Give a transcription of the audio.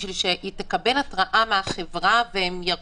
בשביל לקבל התראה מהחברה והם יוקפצו?